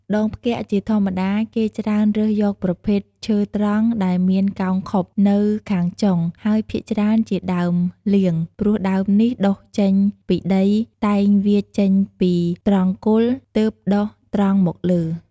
ដងផ្គាក់ជាធម្មតា គេច្រើនរើសយកប្រភេទឈើត្រង់ដែលមានកោងខុបនៅខាងចុង ហើយភាគច្រើនជាដើមលៀង ព្រោះដើមនេះដុះចេញពីដីតែងវៀចចេញពីត្រង់គល់ ទើបដុះត្រង់មកលើ ។